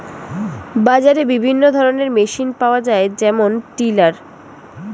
বাজারে বিভিন্ন ধরনের মেশিন পাওয়া যায় যেমন টিলার